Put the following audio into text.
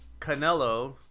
canelo